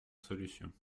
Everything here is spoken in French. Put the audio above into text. solution